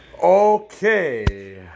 Okay